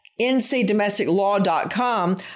ncdomesticlaw.com